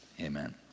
amen